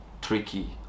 tricky